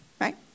right